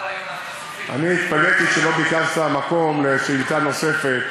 אני התפלאתי שלא ביקשת מקום לשאלה נוספת.